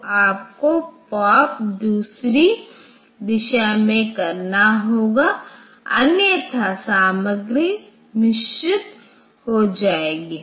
तो आपको पॉपदूसरी दिशा में करना होगा अन्यथा सामग्री मिश्रित हो जाएगी